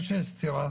שיש סתירה